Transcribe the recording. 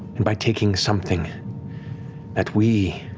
and by taking something that we,